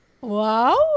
Wow